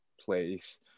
place